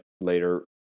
later